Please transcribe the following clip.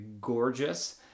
gorgeous